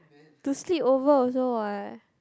to sleepover also what